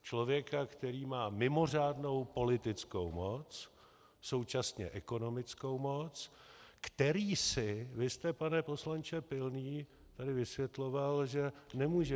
Člověka, který má mimořádnou politickou moc, současně ekonomickou moc, který si vy jste, pane poslanče Pilný, tady vysvětloval, že nemůže